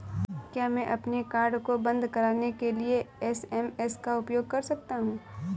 क्या मैं अपने कार्ड को बंद कराने के लिए एस.एम.एस का उपयोग कर सकता हूँ?